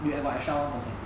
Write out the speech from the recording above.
you have got extra one percent